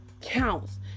counts